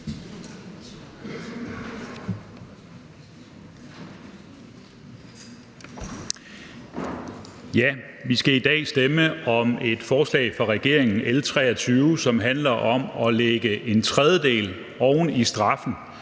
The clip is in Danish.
Vi skal i dag stemme om et forslag fra regeringen, L 23, som handler om at lægge en tredjedel oven i straffen